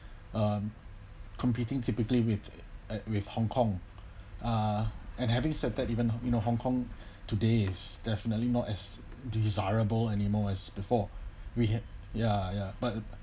um competing typically with uh with Hong-Kong uh and having said that even though you know Hong-Kong today is definitely not as desirable anymore as before we had ya ya but